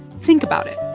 think about it.